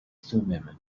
thummim